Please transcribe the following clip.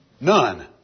None